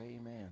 amen